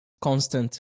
constant